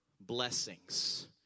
blessings